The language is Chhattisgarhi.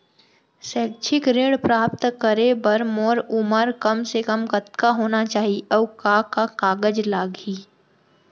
शैक्षिक ऋण प्राप्त करे बर मोर उमर कम से कम कतका होना चाहि, अऊ का का कागज लागही?